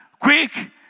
quick